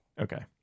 Okay